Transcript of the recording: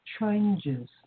changes